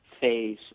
phase